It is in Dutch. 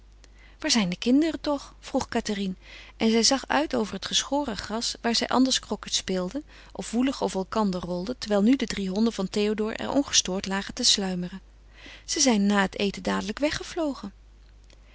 waar zijn de kinderen toch vroeg cathérine en zij zag uit over het geschoren gras waar zij anders croquet speelden of woelig over elkander rolden terwijl nu de drie honden van théodore er ongestoord lagen te sluimeren zij zijn na het eten dadelijk weggevlogen